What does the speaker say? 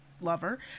lover